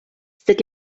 sed